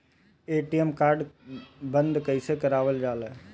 ATM card बन्द कईसे करावल जाला?